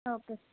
okay